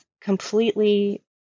completely